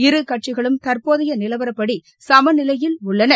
இருகட்சிகளும் தற்போதைய நிலவரப்படி சமநிலையில் உள்ளன